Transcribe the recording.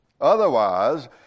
Otherwise